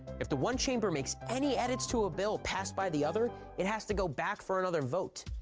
if the one chamber makes any edits to a bill passed by the other, it has to go back for another vote.